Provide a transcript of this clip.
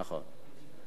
נכון.